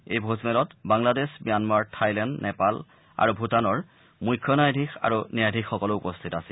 এই ভোজমেলত Bangladesh Myanmar Thailand Nepal আৰু ভূটানৰ মুখ্য ন্যায়াধীশ আৰু ন্যায়াধীশসকলো উপস্থিত আছিল